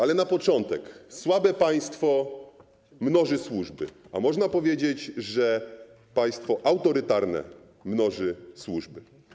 Ale na początek powiem, że słabe państwo mnoży służby, a można powiedzieć, że państwo autorytarne mnoży służby.